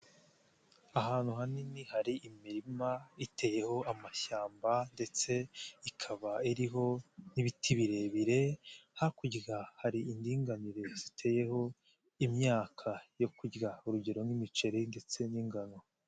Ahantu hanini hari imirima iteyeho amashyamba ndetse ikaba iriho n'ibiti birebire, hakurya hari indinganire ziteyeho imyaka yo kurya, urugero nk'imiceri ndetse n'ingano.